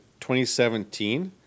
2017